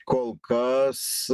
kol kas